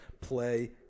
Play